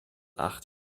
acht